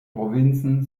provinzen